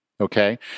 Okay